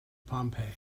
pompey